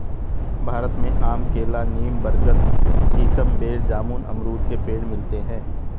भारत में आम केला नीम बरगद सीसम बेर जामुन अमरुद के पेड़ मिलते है